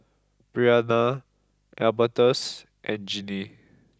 Breana Albertus and Ginny